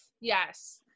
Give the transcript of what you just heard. Yes